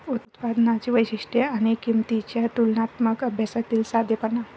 उत्पादनांची वैशिष्ट्ये आणि किंमतींच्या तुलनात्मक अभ्यासातील साधेपणा